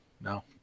No